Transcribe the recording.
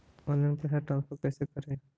Online पैसा transfer कैसे करे?